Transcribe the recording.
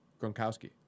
Gronkowski